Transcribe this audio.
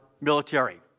military